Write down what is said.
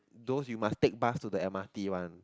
those you must take bus to the M_R_T one